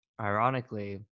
ironically